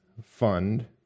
fund